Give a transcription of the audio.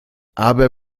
aber